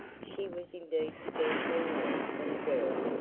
she was indeed scarcely more than a girl,